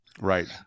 Right